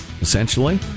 Essentially